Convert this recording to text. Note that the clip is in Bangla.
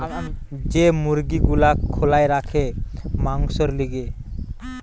যে মুরগি গুলা খোলায় রাখে মাংসোর লিগে